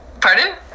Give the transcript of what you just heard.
Pardon